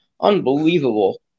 Unbelievable